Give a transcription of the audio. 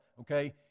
okay